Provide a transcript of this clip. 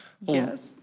Yes